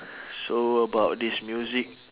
so about this music